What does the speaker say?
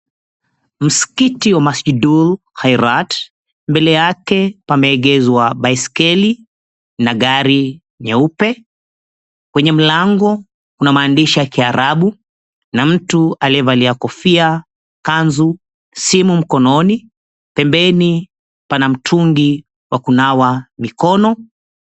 Msikiti wa Masjidul Khairat, mbele yake pamegezwa baiskeli na gari nyeupe. Kwenye mlango kuna maandishi ya kiarabu, na mtu aliyevalia kofia, kanzu, simu mkononi. Pembeni pana mtungi wa kunawa mikono.